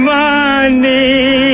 money